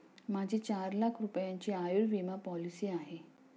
माझी चार लाख रुपयांची आयुर्विमा पॉलिसी आहे